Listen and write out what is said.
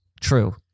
True